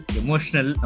emotional